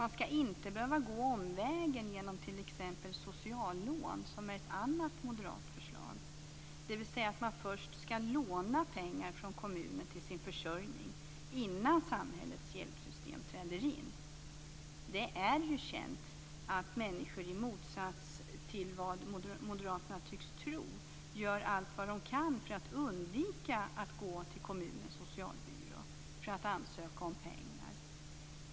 Man ska inte behöva gå omvägen genom t.ex. sociallån, som är ett annat moderat förslag, dvs. man ska först låna pengar av kommunen till sin försörjning innan samhällets hjälpsystem träder in. Det är känt att människor, i motsats till vad moderaterna tycks tro, gör allt de kan för att undvika att gå till kommunens socialbyrå för att ansöka om pengar.